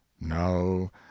No